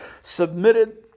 submitted